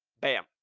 Bam